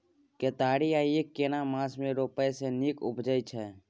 केतारी या ईख केना मास में रोपय से नीक उपजय छै?